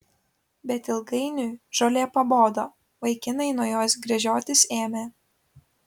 bet ilgainiui žolė pabodo vaikinai nuo jos gręžiotis ėmė